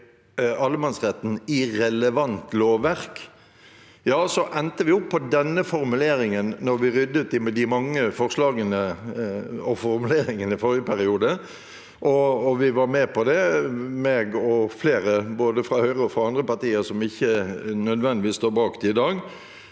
allemannsretten i relevant lovverk. Så endte vi opp med denne formuleringen da vi ryddet i de mange forslagene og formuleringene i forrige periode, og vi var med på det – både jeg og flere fra både Høyre og andre partier som ikke nødvendigvis står bak det i dag.